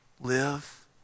Live